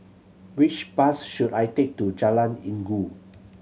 which bus should I take to Jalan Inggu